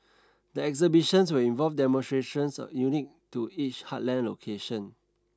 the exhibitions will involve demonstrations of unique to each heartland location